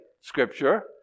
scripture